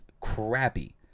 crappy